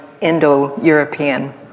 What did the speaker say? Indo-European